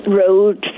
road